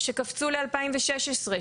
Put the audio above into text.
שקפצו ל-2016,